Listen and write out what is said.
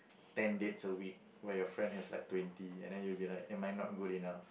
ten dates a week where your friend has like twenty and then you'll be like am I not good enough